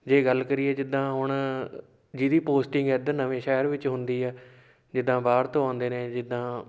ਜੇ ਗੱਲ ਕਰੀਏ ਜਿੱਦਾਂ ਹੁਣ ਜਿਹਦੀ ਪੋਸਟਿੰਗ ਇੱਧਰ ਨਵੇਂ ਸ਼ਹਿਰ ਵਿੱਚ ਹੁੰਦੀ ਹੈ ਜਿੱਦਾਂ ਬਾਹਰ ਤੋਂ ਆਉਂਦੇ ਨੇ ਜਿੱਦਾਂ